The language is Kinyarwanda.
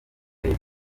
leta